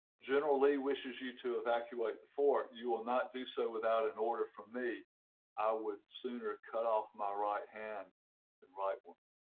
general lee wishes you to evacuate the fort you will not do so without an order from me i would sooner cut off my right hand than right one